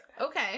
okay